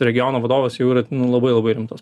regiono vadovas jau yra labai labai rimtos